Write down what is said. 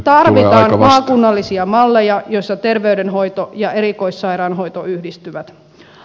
tarvitaan maakunnallisia malleja joissa terveydenhoito ja erikoissairaanhoito yhdistyvät